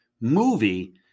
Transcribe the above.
movie